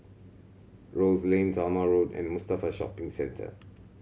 Rose Lane Talma Road and Mustafa Shopping Centre